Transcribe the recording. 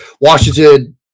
Washington